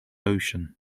ocean